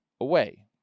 away